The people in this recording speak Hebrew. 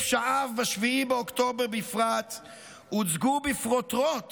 פשעיו ב-7 באוקטובר בפרט הוצגו בפרוטרוט